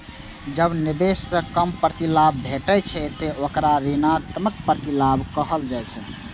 जब निवेश सं कम प्रतिलाभ भेटै छै, ते ओकरा ऋणात्मक प्रतिलाभ कहल जाइ छै